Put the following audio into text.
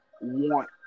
want